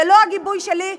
ללא הגיבוי שלי,